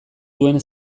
duen